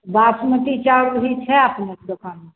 बासमती चाउर भी छै अपनेके दोकानमे